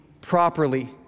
properly